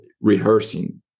rehearsing